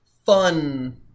fun